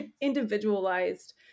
individualized